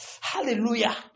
Hallelujah